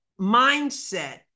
mindset